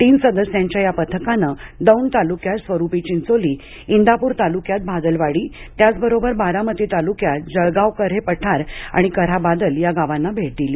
तीन सदस्यांच्या या पथकानं दौंड तालुक्यातलं स्वरूपी चिंचोली इंदापूर तालुक्यातलं भादलवाडी हे गाव त्याचबरोबर बारामती तालुक्यातल्या जळगाव कन्हे पठार आणि कऱ्हा बादल या गावांना भेट दिली